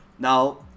Now